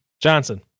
Johnson